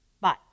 Bye